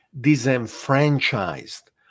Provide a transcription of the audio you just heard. disenfranchised